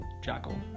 Jackal